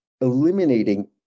eliminating